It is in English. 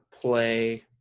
play